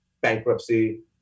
bankruptcy